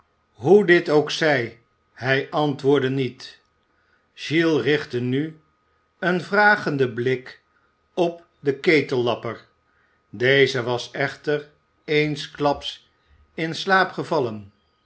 hoe dit ook zij hij antwoordde niet qiles richtte nu een vragenden bük op den ketellapper deze was echter eensklaps in slaap gevallen